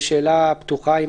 זו שאלה פתוחה.